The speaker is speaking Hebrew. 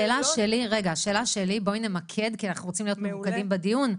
בואי נמקד כי אנחנו רוצים להיות ממוקדים בדיון.